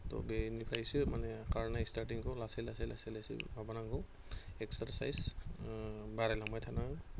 त' बेनिफ्रायसो माने खारनाय स्टार्टिंखौ लासै लासै लासै लासैनो माबानांगौ एक्सारसाइस बारायलांबाय थानो